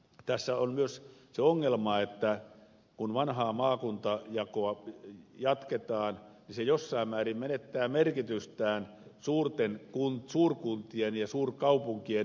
tässä on myös se ongelma että kun vanhaa maakuntajakoa jatketaan niin se jossain määrin menettää merkitystään suurkuntien ja suurkaupunkien muodostumisen tilanteessa